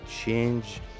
change